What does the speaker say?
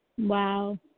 wow